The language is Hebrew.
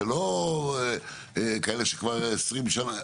לא כאלה שכבר 20 שנים.